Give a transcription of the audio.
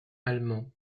allemand